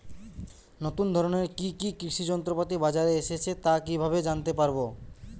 নতুন ধরনের কি কি কৃষি যন্ত্রপাতি বাজারে এসেছে তা কিভাবে জানতেপারব?